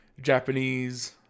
Japanese